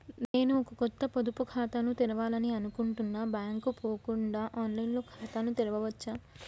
నేను ఒక కొత్త పొదుపు ఖాతాను తెరవాలని అనుకుంటున్నా బ్యాంక్ కు పోకుండా ఆన్ లైన్ లో ఖాతాను తెరవవచ్చా?